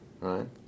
right